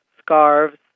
scarves